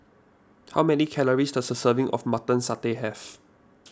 how many calories does a serving of Mutton Satay have